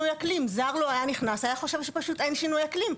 זר לו היה נכנס, היה חושב שפשוט אין שינוי אקלים.